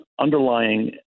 underlying